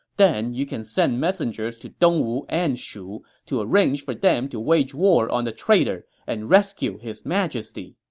then you can send messengers to dongwu and shu to arrange for them to wage war on the traitor and rescue his majesty.